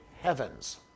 heavens